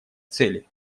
цели